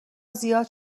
زیاد